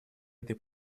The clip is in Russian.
этой